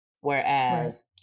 Whereas